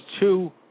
two